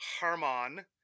Harmon